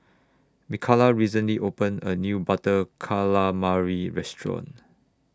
Mikalah recently opened A New Butter Calamari Restaurant